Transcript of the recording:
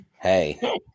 Hey